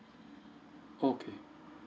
okay